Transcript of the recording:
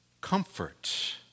comfort